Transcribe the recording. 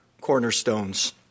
cornerstones